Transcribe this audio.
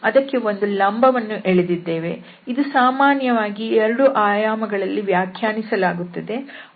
ಅದಕ್ಕೆ ಒಂದು ಲಂಬವನ್ನು ಎಳೆದಿದ್ದೇವೆ ಇದು ಸಾಮಾನ್ಯವಾಗಿ 2 ಆಯಾಮಗಳಲ್ಲಿ ವ್ಯಾಖ್ಯಾನಿಸಲಾಗುತ್ತದೆ